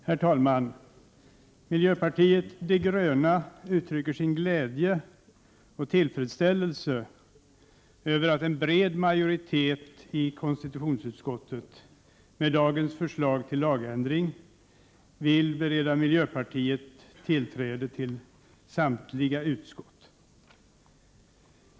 Herr talman! Miljöpartiet de gröna uttrycker sin glädje och tillfredsställelse över att en bred majoritet i konstitutionsutskottet med föreliggande förslag till lagändring vill bereda miljöpartiet tillträde till samtliga utskott.